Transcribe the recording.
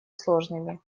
сложными